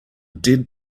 dead